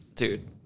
Dude